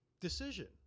decision